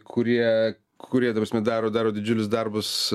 kurie kurie ta prasme daro daro didžiulius darbus